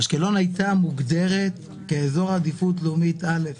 אשקלון הייתה מוגדרת כאזור עדיפות לאומית א'